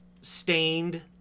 stained